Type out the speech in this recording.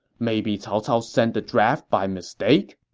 maybe cao cao sent the draft by mistake?